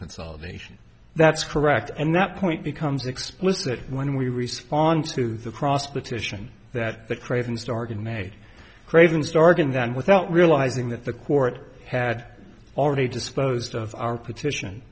consolidation that's correct and that point becomes explicit when we respond to the cross petition that the cravens dargon made craven's dargon then without realising that the court had already disposed of our petition